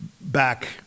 back